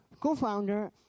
co-founder